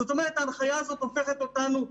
זאת אומרת, ההנחיה הזאת הופכת אותנו לרמאים,